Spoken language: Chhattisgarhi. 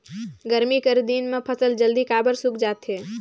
गरमी कर दिन म फसल जल्दी काबर सूख जाथे?